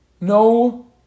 No